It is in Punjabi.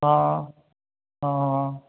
ਹਾਂ ਹਾਂ